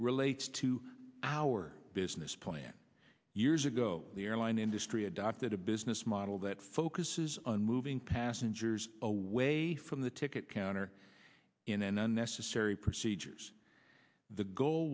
relates to our business plan years ago the airline industry adopted a business model that focuses on moving passengers away from the ticket counter in an unnecessary procedures the goal